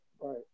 Right